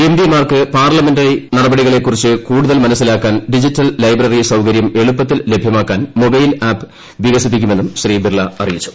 M പിമാർക്ക് parliamentary നടപടികളെക്കുറിച്ച് കൂടുതൽ മനസ്സിലാക്കാൻ ഡിജിറ്റൽ ലൈബ്രറി സൌകര്യം എളുപ്പത്തിൽ ലഭ്യമാക്കാൻ മൊബൈൽ ആപ്പ് വികസിപ്പിക്കുമെന്നും ശ്രീ ബിർള അറിയിച്ചു